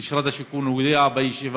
כדי שתתקדם תוכנית המתאר ביישוב